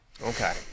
Okay